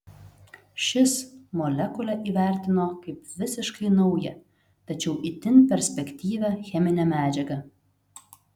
šis molekulę įvertino kaip visiškai naują tačiau itin perspektyvią cheminę medžiagą